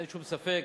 אין שום ספק